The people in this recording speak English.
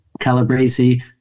Calabresi